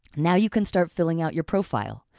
now you can start filling out your profile,